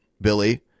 billy